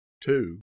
two